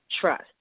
trust